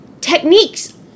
techniques